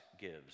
gives